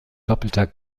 doppelter